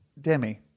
Demi